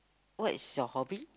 what is your hobby